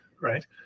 right